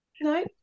No